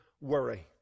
worry